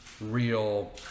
real